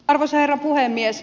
arvoisa herra puhemies